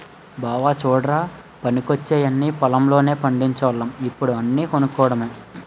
బావా చుడ్రా పనికొచ్చేయన్నీ పొలం లోనే పండిచోల్లం ఇప్పుడు అన్నీ కొనుక్కోడమే